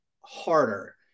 harder